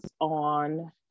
on